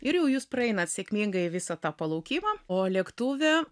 ir jus praeinat sėkmingai visą tą palaukimą o lėktuve